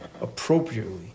appropriately